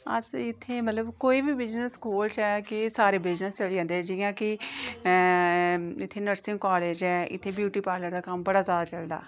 अस इत्थै मतलब कोई बी बिजनेस खोह्लचै मतलब सारे बिजनस चली जंदे जि'यां कि इत्थै नर्सिंग कालेज ऐ इत्थै ब्यूटी पार्लर दा कम्म बड़ा जैदा चलदा